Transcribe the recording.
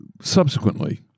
Subsequently